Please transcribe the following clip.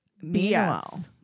Meanwhile